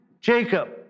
Jacob